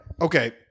Okay